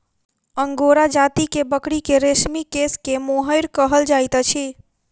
angora जाति के बकरी के रेशमी केश के मोहैर कहल जाइत अछि